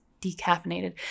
decaffeinated